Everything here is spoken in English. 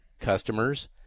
customers